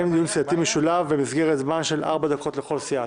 סיעתי משולב במסגרת זמן של ארבע דקות לכל סיעה.